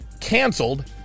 canceled